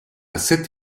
cette